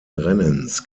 rennens